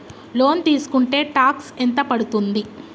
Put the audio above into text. Loan తీస్కుంటే tax ఎంత పడ్తుంది?